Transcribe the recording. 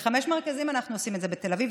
בחמישה מרכזים אנחנו עושים את זה: בתל אביב,